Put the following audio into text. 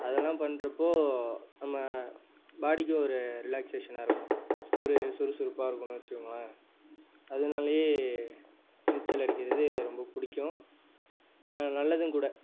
அதெல்லாம் பண்ணுறப் போது நம்ம பாடிக்கு ஒரு ரிலாக்சேஷனாக இருக்கும் ஒரு சுறுசுறுப்பாக இருக்கும்னு வச்சுக்கோங்களேன் அதனாலயே நீச்சல் அடிக்கிறது ரொம்ப பிடிக்கும் நல்லதுங்கூட